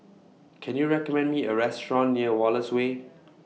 Can YOU recommend Me A Restaurant near Wallace Way